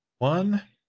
One